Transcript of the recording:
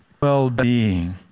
Well-being